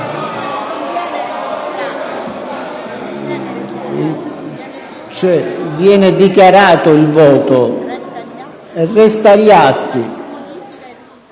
Viene dichiarato il voto e resta agli atti.